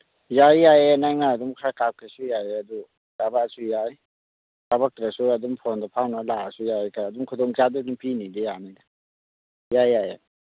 ꯌꯥꯏꯌꯦ ꯌꯥꯏꯌꯦ ꯅꯪꯅ ꯑꯗꯨꯝ ꯈꯔ ꯀꯥꯞꯀꯦꯁꯨ ꯌꯥꯏꯌꯦ ꯑꯗꯨ ꯀꯥꯞꯄꯛꯑꯁꯨ ꯌꯥꯏ ꯀꯥꯞꯄꯛꯇ꯭ꯔꯁꯨ ꯑꯗꯨꯝ ꯐꯣꯟꯗ ꯐꯥꯎꯅ ꯂꯥꯛꯑꯁꯨ ꯌꯥꯏ ꯑꯗꯨꯝ ꯈꯨꯗꯣꯡꯆꯥꯕꯗꯤ ꯑꯗꯨꯝ ꯄꯤꯅꯤꯗ ꯌꯥꯅꯤꯗ ꯌꯥꯏ ꯌꯥꯏ ꯌꯥꯏ